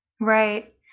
Right